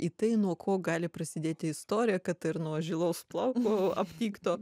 į tai nuo ko gali prasidėti istorija kad ir nuo žilos plauko aptikto